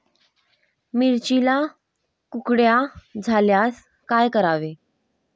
मिरचीला कुकड्या झाल्यास काय करावे?